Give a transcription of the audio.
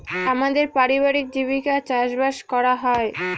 আমাদের পারিবারিক জীবিকা চাষবাস করা হয়